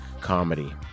comedy